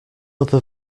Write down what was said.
other